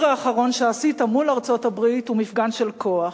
האחרון שעשית מול ארצות-הברית הוא מפגן של כוח.